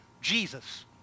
Jesus